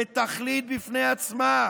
לתכלית בפני עצמה,